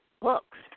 books